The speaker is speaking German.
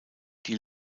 die